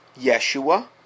Yeshua